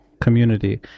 community